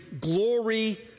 glory